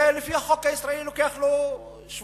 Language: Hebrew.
זה לפי החוק הישראלי, לוקח לו שבועיים-שלושה,